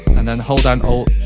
and then hold down alt,